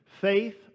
faith